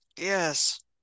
Yes